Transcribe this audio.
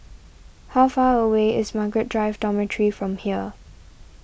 how far away is Margaret Drive Dormitory from here